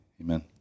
Amen